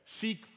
seek